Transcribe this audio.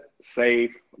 safe